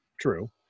True